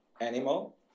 animal